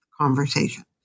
conversation